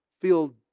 feel